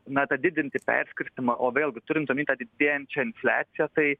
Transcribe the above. na tą didinti perskirstymą o vėlgi turint omeny tą didėjančią infliaciją tai